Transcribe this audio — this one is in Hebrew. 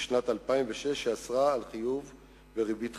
בשנת 2006, שאסרה חיוב בריבית חריגה.